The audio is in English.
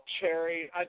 Cherry